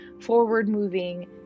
forward-moving